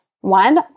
One